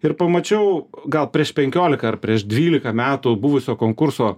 ir pamačiau gal prieš penkiolika ar prieš dvylika metų buvusio konkurso